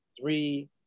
three